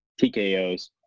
TKOs